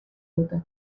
dute